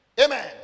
amen